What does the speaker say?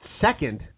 second